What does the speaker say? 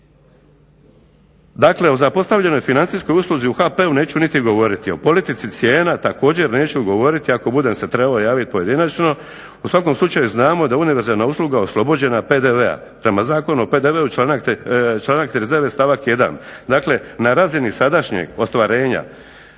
Dakle, o zapostavljenoj financijskoj usluzi u HP-u neću niti govoriti. O politici cijena također neću govoriti. Ako bude se trebalo javiti pojedinačno. U svakom slučaju znamo da je univerzalna usluga oslobođena PDV-a prema Zakonu o PDV-u članak 39. stavak 1. Dakle, na razini sadašnjeg ostvarenja